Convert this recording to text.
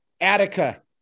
Attica